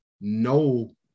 no